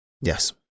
Yes